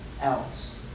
else